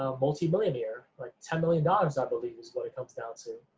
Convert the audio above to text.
ah multi-millionaire, like ten million dollars, i believe, is what it comes down to.